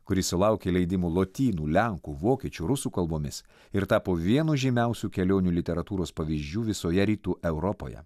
kuri sulaukė leidimų lotynų lenkų vokiečių rusų kalbomis ir tapo vienu žymiausių kelionių literatūros pavyzdžių visoje rytų europoje